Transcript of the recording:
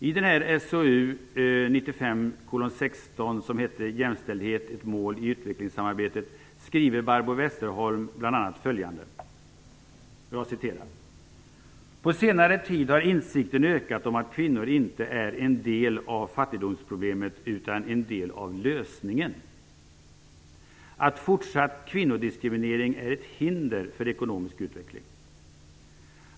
I SOU 1995:16, Jämställdhet ett mål i utvecklingssamarbetet, skriver Barbro Westerholm bl.a. följande: "På senare tid har insikten ökat om att kvinnor inte är en del av fattigdomsproblemet utan en del av lösningen, att fortsatt kvinnodiskriminering är ett hinder för ekonomisk utveckling.